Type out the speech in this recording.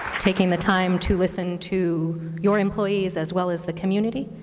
taking the time to listen to your employees, as well as the community.